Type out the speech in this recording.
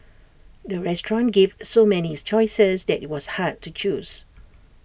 the restaurant gave so many choices that IT was hard to choose